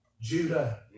Judah